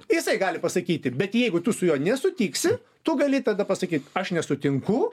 jisai gali pasakyti bet jeigu tu su juo nesutiksi tu gali tada pasakyt aš nesutinku